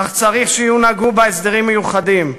אך צריך שיונהגו בה הסדרים מיוחדים,